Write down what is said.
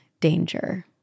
danger